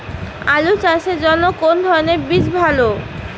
আলু চাষের জন্য কোন ধরণের বীজ ভালো?